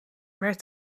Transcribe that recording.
werd